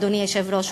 אדוני היושב-ראש,